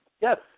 Yes